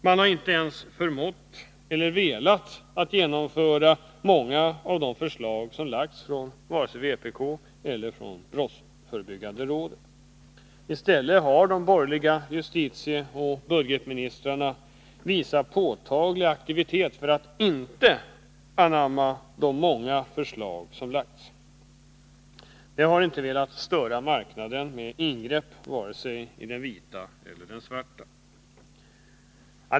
Man har inte ens förmått eller velat genomföra många av de förslag som lagts fram av vpk eller av brottsförebyggande rådet. I stället har de borgerliga justitieoch budgetministrarna visat påtaglig aktivitet för att inte anamma de många förslag som lagts. De har inte velat störa marknaden med ingrepp, vare sig den vita eller den svarta.